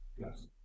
Yes